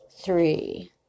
three